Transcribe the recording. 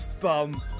Bum